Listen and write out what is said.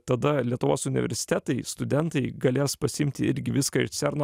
tada lietuvos universitetai studentai galės pasiimti irgi viską iš cerno